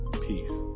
peace